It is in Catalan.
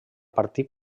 partit